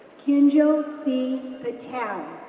kinjal v. patel.